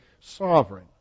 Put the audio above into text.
sovereign